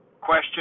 question